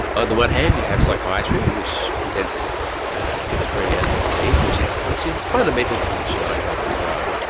ah the one hand you have psychiatry which presents schizophrenia as a disease which is which is fundamentally the position i adopt as well.